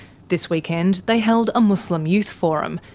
this weekend they held a muslim youth forum,